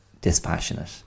dispassionate